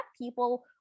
people